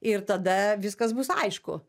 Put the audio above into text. ir tada viskas bus aišku